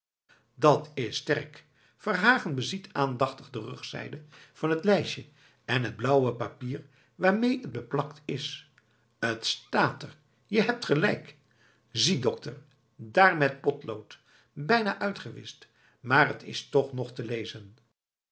geschreven dat's sterk verhagen beziet aandachtig de rugzijde van het lijstje en het blauwe papier waarmee het beplakt is het staat er je hebt gelijk zie dokter dààr met potlood bijna uitgewischt maar t is toch nog te lezen